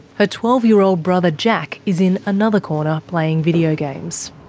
her twelve year old brother jack is in another corner, playing video games.